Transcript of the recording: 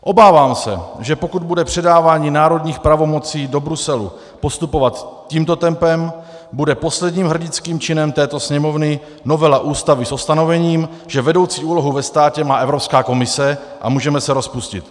Obávám se, že pokud bude předávání národních pravomocí do Bruselu postupovat tímto tempem, bude posledním hrdinským činem této Sněmovny novela Ústavy s ustanovením, že vedoucí úlohu ve státě má Evropská komise, a můžeme se rozpustit.